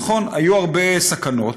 נכון, היו הרבה סכנות,